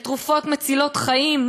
לתרופות מצילות חיים,